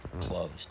closed